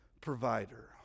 provider